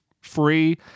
free